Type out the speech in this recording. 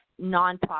nonprofit